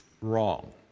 Wrong